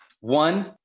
One